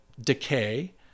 decay